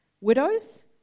Widows